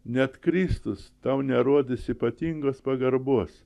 net kristus tau nerodys ypatingos pagarbos